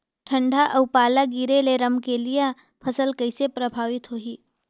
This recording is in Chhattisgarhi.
ठंडा अउ पाला गिरे ले रमकलिया फसल कइसे प्रभावित होही?